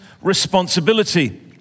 responsibility